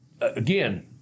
again